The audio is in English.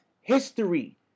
history